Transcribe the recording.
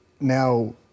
now